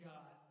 God